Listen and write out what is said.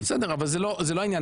זה לא העניין,